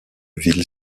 ville